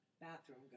bathroom